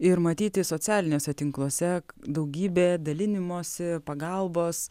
ir matyti socialiniuose tinkluose daugybė dalinimosi pagalbos